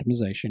optimization